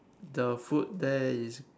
the food there is